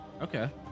Okay